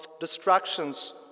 Distractions